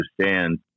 understand